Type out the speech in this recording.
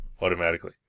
automatically